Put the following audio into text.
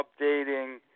updating